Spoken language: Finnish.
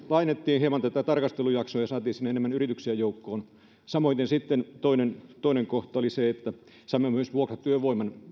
laajennettiin hieman tätä tarkastelujaksoa ja saatiin sinne enemmän yrityksiä joukkoon samoiten sitten toinen toinen kohta oli se että saimme myös vuokratyövoiman